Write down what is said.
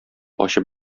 ачып